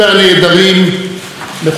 מכובדיי כולם,